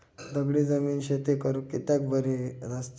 दगडी जमीन शेती करुक कित्याक बरी नसता?